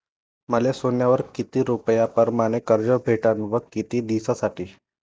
मले सोन्यावर किती रुपया परमाने कर्ज भेटन व किती दिसासाठी?